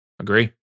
Agree